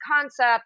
concept